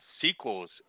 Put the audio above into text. sequels